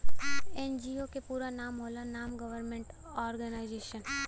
NGO क पूरा नाम होला नान गवर्नमेंट और्गेनाइजेशन